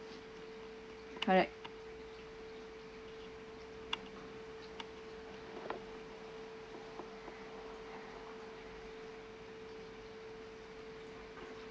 correct